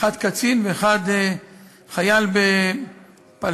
אחד קצין ואחד חייל בפלס"ר,